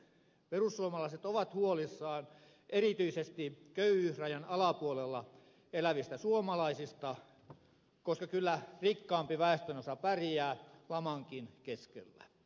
perussuomalaiset ovat huolissaan erityisesti köyhyysrajan alapuolella elävistä suomalaisista koska kyllä rikkaampi väestönosa pärjää lamankin keskellä